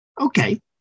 Okay